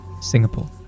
Singapore